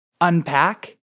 unpack